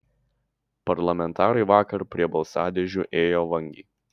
parlamentarai vakar prie balsadėžių ėjo vangiai